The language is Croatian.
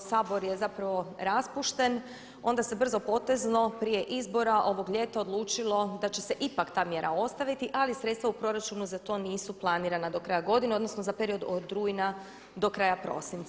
Sabor je zapravo raspušten onda se brzopotezno prije izbora ovog ljeta odlučilo da će se ipak ta mjera ostaviti ali sredstva u proračunu za to nisu planirana do kraja godine odnosno za period od rujna do kraja prosinca.